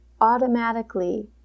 automatically